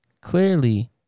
Clearly